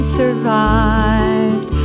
survived